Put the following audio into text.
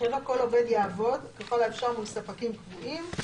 (7)כל עובד יעבוד, ככל האפשר, מול ספקים קבועים.